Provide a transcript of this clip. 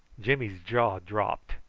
jimmy's jaw dropped,